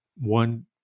one